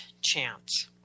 chance